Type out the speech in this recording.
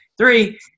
three